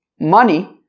money